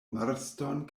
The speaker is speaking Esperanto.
marston